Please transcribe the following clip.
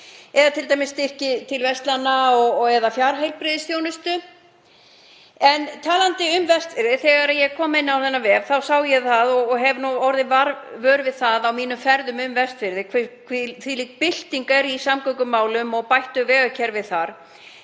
eða t.d. styrki til verslana og/eða fjarheilbrigðisþjónustu. En talandi um Vestfirði. Þegar ég kom inn á þennan vef sá ég, og hef orðið vör við það á mínum ferðum um Vestfirði, hvílík bylting er að verða í samgöngumálum og bættu vegakerfi þar.